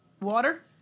water